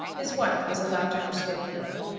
his wife was allowed to persuade him.